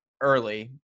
early